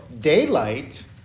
daylight